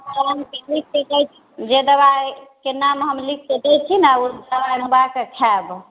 हम लिखि कऽ दै छी जे दवाइके नाम हम लिखि कऽ दै छी ने ओ दवाइ मङ्गबा कऽ खायब